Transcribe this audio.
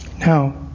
Now